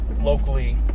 locally